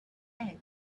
egg